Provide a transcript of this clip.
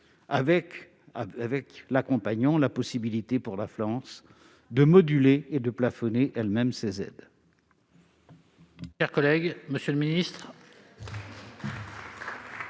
de subsidiarité et la possibilité pour la France de moduler et de plafonner elle-même ses aides.